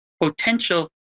potential